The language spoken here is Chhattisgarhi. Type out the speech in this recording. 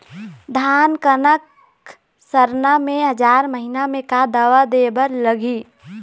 धान कनक सरना मे हजार महीना मे का दवा दे बर लगही?